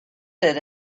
did